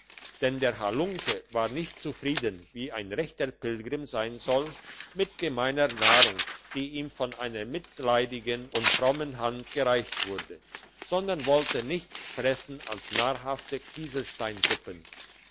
denn der halunke war nicht zufrieden wie ein rechter pilgrim sein soll mit gemeiner nahrung die ihm von einer mitleidigen und frommen hand gereicht wurde sondern wollte nichts fressen als nahrhafte